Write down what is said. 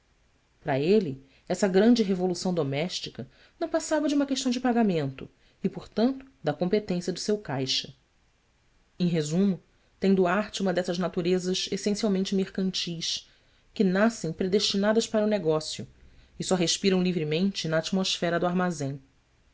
para ele essa grande revolução doméstica não passava de uma questão de pagamento e portanto da competência do seu caixa em resumo tem duarte uma dessas naturezas essencialmente mercantis que nascem predestinadas para o negócio e só respiram livremente na atmosfera do armazém